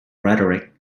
rhetoric